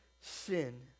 sin